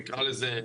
נקרא לזה,